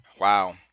Wow